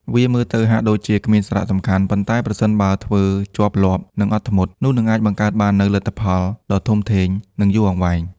វាមើលទៅហាក់ដូចជាគ្មានសារៈសំខាន់ ប៉ុន្តែប្រសិនបើធ្វើជាប់លាប់ និងអត់ធ្មត់ នោះនឹងអាចបង្កើតបាននូវ លទ្ធផលដ៏ធំធេង និងយូរអង្វែង។